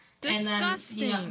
Disgusting